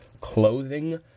clothing